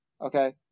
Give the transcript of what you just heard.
Okay